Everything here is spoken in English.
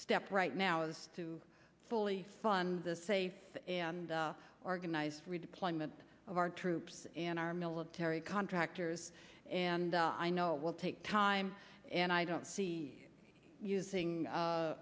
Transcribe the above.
step right now is to fully fund the safe and organized redeployment of our troops and our military contractors and i know will take time and i don't see using